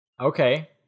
Okay